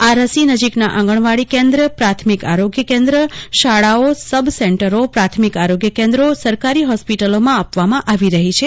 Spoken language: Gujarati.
આ રસી નજીકના આંગણવાડી કેન્દ્ર પ્રાથમિક આરોગ્ય કેન્દ્ર શાળાઓ સબસેન્ટરો પ્રાથમિક આરોગ્ય કેન્દ્રો સરકારી હોસ્પીટલોમાં રસી આપવામાં આવી રહી છે